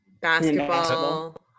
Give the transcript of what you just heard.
Basketball